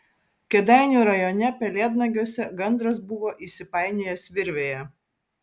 kėdainių rajone pelėdnagiuose gandras buvo įsipainiojęs virvėje